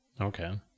Okay